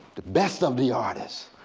the best of the artists,